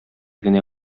генә